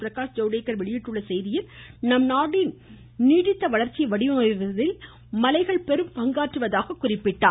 பிரகாஷ் ஜவ்டேகர் வெளியிட்டுள்ள செய்தியில் நம்நாட்டின் நீடித்த வளர்ச்சியை வடிவமைப்பதில் மலைகள் பெரும் பங்காற்றுவதாக குறிப்பிட்டார்